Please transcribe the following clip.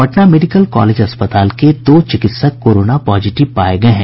Patna medical college अस्पताल के दो चिकित्सक कोरोना पॉजिटिव पाये गये हैं